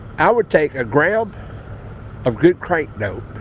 i would take a gram of good grade dope